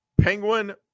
Penguin